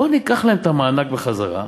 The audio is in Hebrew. בואו ניקח להם את המענק בחזרה,